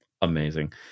amazing